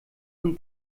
von